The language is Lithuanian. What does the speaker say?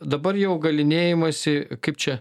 dabar jau galynėjamasi kaip čia